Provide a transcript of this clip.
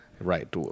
right